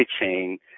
chain